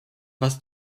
was